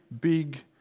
big